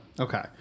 Okay